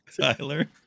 Tyler